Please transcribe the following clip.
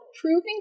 proving